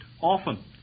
often